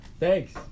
thanks